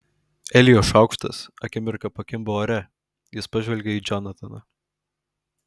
elijo šaukštas akimirką pakimba ore jis pažvelgia į džonataną